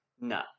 No